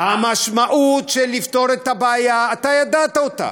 המשמעות של לפתור את הבעיה, אתה ידעת אותה,